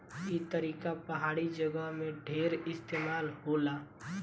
ई तरीका पहाड़ी जगह में ढेर इस्तेमाल होला